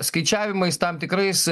skaičiavimais tam tikrais